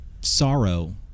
sorrow